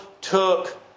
took